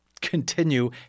continue